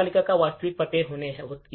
GOT तालिका में वास्तविक पते